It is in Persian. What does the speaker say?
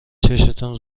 چشتون